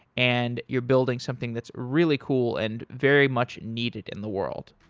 and you're building something that's really cool and very much needed in the world.